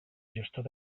gestor